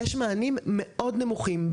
יש מענים מאוד נמוכים,